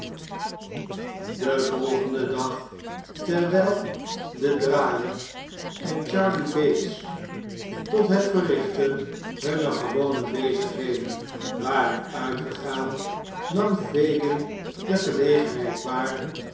den volgenden dag terwijl de draaier en charley bates tot het verrichten hunner gewone bezigheden waren uitgegaan nam fagin de gelegenheid waar